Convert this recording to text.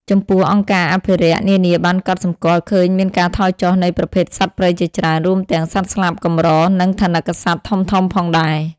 ចំពោះ អង្គការអភិរក្សនានាបានកត់សម្គាល់ឃើញមានការថយចុះនៃប្រភេទសត្វព្រៃជាច្រើន រួមទាំងសត្វស្លាបកម្រ និងថនិកសត្វធំៗផងដែរ។